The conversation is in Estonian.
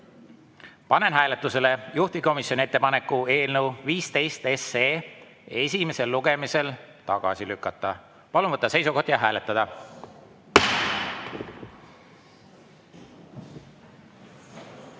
panen hääletusele juhtivkomisjoni ettepaneku eelnõu 15 esimesel lugemisel tagasi lükata. Palun võtta seisukoht ja hääletada!